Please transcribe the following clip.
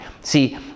see